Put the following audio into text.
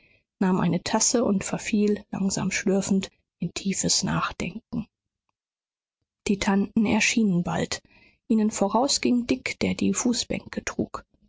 nahm eine tasse und verfiel langsam schlürfend in tiefes nachdenken die tanten erschienen bald ihnen voraus ging dick der die fußbänke trug